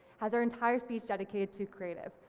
has our entire speech dedicated to creative,